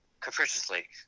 capriciously